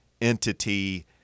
entity